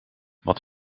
wat